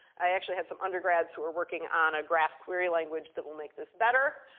i actually had some undergrads who were working on a graph query language that will make this better.